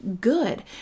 good